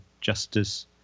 justice